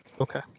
Okay